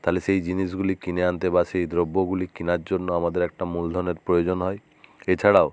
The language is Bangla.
তালে সেই জিনিসগুলি কিনে আনতে বা সেই দ্রব্যগুলি কেনার জন্য আমাদের একটা মূলধনের প্রয়োজন হয় এছাড়াও